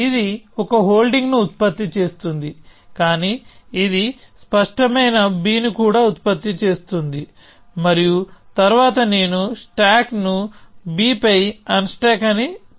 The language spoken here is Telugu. ఇది ఒక హోల్డింగ్ ను ఉత్పత్తి చేస్తోంది కానీ ఇది స్పష్టమైన b ని కూడా ఉత్పత్తి చేస్తోంది మరియు తరువాత నేను స్టాక్ ను b పై అన్స్టాక్ అని చెబుతున్నాను